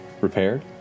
repaired